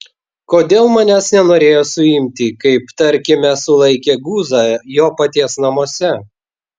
kodėl manęs nenorėjo suimti kaip tarkime sulaikė guzą jo paties namuose